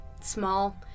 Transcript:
Small